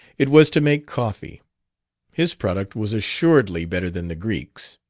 it was to make coffee his product was assuredly better than the greek's.